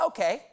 Okay